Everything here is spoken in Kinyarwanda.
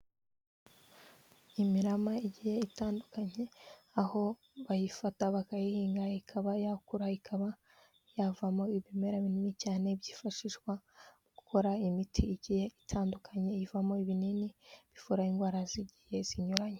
Imirama igiye itandukanye, aho bayifata bakayihinga ikaba yakura, ikaba yavamo ibimera binini cyane byifashishwa mu gukora imiti igiye itandukanye, ivamo ibinini bivura indwara zigiye zinyuranye.